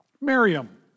Miriam